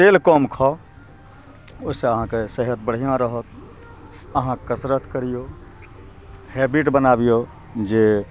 तेल कम खाउ ओहिसे अहाँके सेहत बढ़िआँ रहत अहाँ कसरत करियौ हैबिट बनाबियौ जे